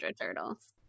turtles